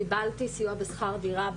קיבלתי סיוע בשכר דירה,